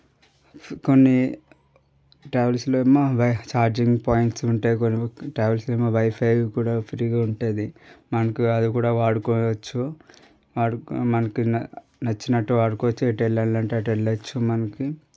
కొన్ని ట్రావెల్స్లు ఏమో ఛార్జింగ్ పాయింట్స్ ఉంటే కొన్ని ట్రావెల్స్లు ఏమో వైఫై కూడా ఫ్రీగా ఉంటుంది మనకు అది కూడా వాడుకోవచ్చు మనకు నచ్చినట్టు వాడుకోవచ్చు ఎటు వెళ్లాలంటే అటు వెళ్లవచ్చు మనకి